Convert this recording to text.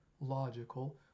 logical